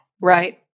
Right